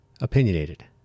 opinionated